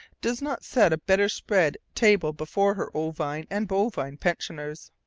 does not set a better spread table before her ovine and bovine pensioners.